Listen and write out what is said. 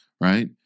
Right